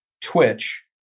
twitch